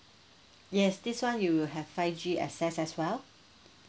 yes this [one] you will have five G access as well